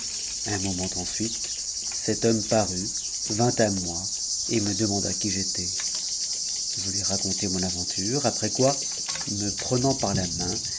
un moment ensuite cet homme parut vint à moi et me demanda qui j'étais je lui i contai mon aventure après quoi me prenant par la main